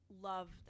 love